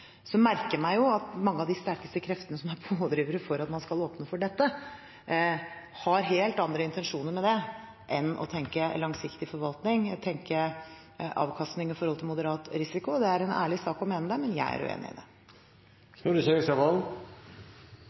Så merker jeg meg at mange av de sterkeste kreftene som er pådrivere for at man skal åpne for dette, har helt andre intensjoner enn å tenke langsiktig forvaltning, tenke avkastning i forhold til moderat risiko. Det er en ærlig sak å mene det, men jeg er uenig i